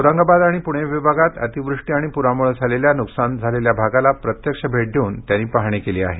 औरंगाबाद आणि पुणे विभागात अतिवृष्टी आणि पुरामुळे झालेल्या नुकसान झालेल्या भागास प्रत्यक्ष भेट देवून पाहणी केली आहे